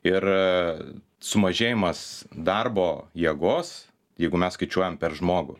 ir sumažėjimas darbo jėgos jeigu mes skaičiuojam per žmogų